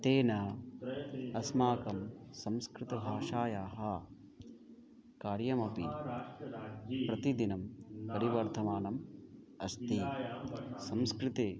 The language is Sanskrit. तेन अस्माकं संस्कृतभाषायाः कार्यमपि प्रतिदिनं परिवर्तमानम् अस्ति संस्कृते